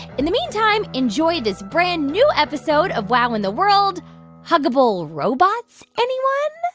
in the meantime, enjoy this brand-new episode of wow in the world huggable robots, anyone?